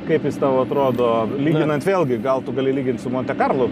kaip jis tau atrodo lyginant vėlgi gal tu gali lygint su monte karlu